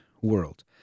world